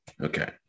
Okay